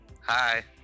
Hi